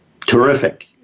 Terrific